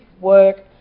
work